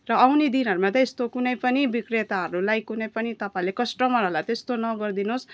र आउने दिनहरूमा चाहिँ यस्तो कुनै पनि विक्रेताहरूलाई कुनै पनि तपाईँले कस्टमरहरूलाई त्यस्तो नगरिदिनु होस्